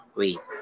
wait